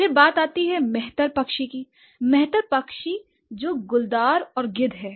फिर बात आती है मेहतर पक्षी की मेहतर पक्षी जो गुलदार और गिद्ध है